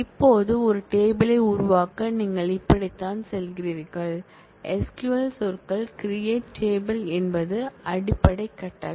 இப்போது ஒரு டேபிள் யை உருவாக்க நீங்கள் இப்படித்தான் செல்கிறீர்கள் SQL சொற்கள் CREATE TABLE என்பது அடிப்படை கட்டளை